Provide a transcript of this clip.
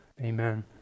amen